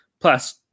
plus